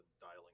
dialing